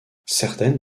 certaines